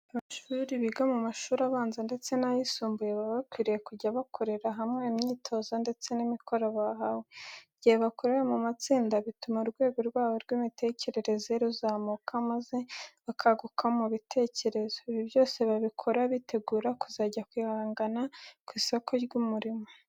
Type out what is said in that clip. Abanyeshuri biga mu mashuri abanza ndetse n'ayisumbuye baba bakwiriye kujya bakorera hamwe imyitozo ndetse n'imikoro bahawe. Igihe bakoreye mu matsinda bituma urwego rwabo rw'imitekerereze ruzamuka maze bakaguka mu bitekerezo. Ibi byose babikora bitegura kuzajya guhangana ku isoko ry'umurimo.